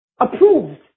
Approved